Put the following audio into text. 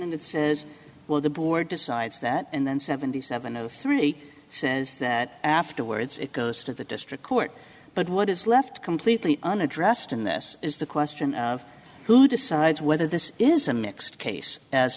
and it says well the board decides that and then seventy seven zero three says that afterwards it goes to the district court but what is left completely unaddressed in this is the question of who decides whether this is a mixed case as